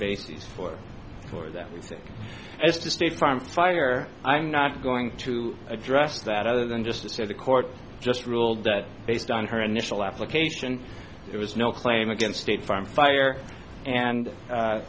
basis for for that reason as to state farm fire i'm not going to address that other than just to say the court just ruled that based on her initial application there was no claim against state farm fire and